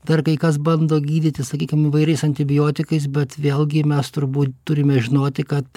dar kai kas bando gydyti sakykim įvairiais antibiotikais bet vėlgi mes turbūt turime žinoti kad